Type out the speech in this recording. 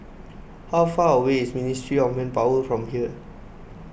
how far away is Ministry of Manpower from here